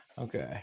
Okay